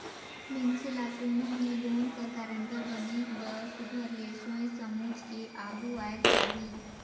मइनसे ल कोनो भी लोन कर गारंटर बने बर सुग्घर ले सोंएच समुझ के आघु आएक चाही